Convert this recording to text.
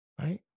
Right